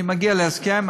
אני מגיע להסכם,